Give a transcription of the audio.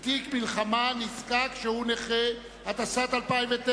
ותיק מלחמה נזקק שהוא נכה), התשס"ט 2009,